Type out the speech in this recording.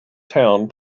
town